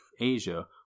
Asia